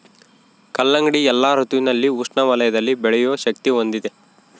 ಕಲ್ಲಂಗಡಿ ಎಲ್ಲಾ ಋತುವಿನಲ್ಲಿ ಉಷ್ಣ ವಲಯದಲ್ಲಿ ಬೆಳೆಯೋ ಶಕ್ತಿ ಹೊಂದಿದೆ